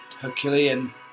Herculean